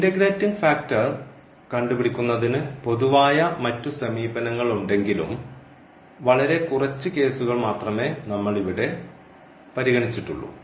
integrating factor കണ്ടുപിടിക്കുന്നതിന് പൊതുവായ മറ്റു സമീപനങ്ങൾ ഉണ്ടെങ്കിലും വളരെ കുറച്ച് കേസുകൾ മാത്രമേ നമ്മൾ ഇവിടെ പരിഗണിച്ചിട്ടുള്ളൂ